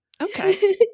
Okay